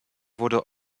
wurde